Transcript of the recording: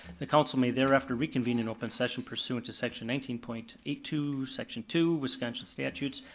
the council may thereafter reconvene in open session pursuant to section nineteen point eight two, section two, wisconsin statute,